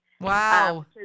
Wow